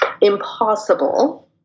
impossible